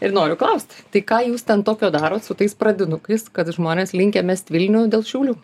ir noriu klausti tai ką jūs ten tokio darot su tais pradinukais kad žmonės linkę mest vilnių dėl šiaulių